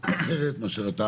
זה אחרת מאשר אתה